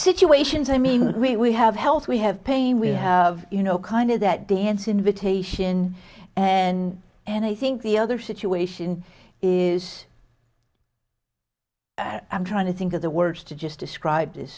situations i mean we have health we have pain we have you know kind of that dance invitation and and i think the other situation is i'm trying to think of the words to just describe